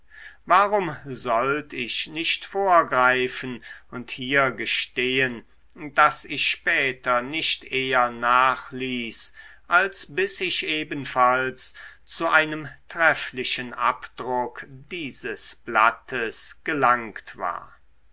warum sollt ich nicht vorgreifen und hier gestehen daß ich später nicht eher nachließ als bis ich ebenfalls zu einem trefflichen abdruck dieses blattes gelangt war